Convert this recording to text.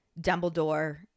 dumbledore